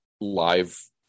live